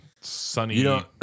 Sunny